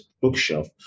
bookshelf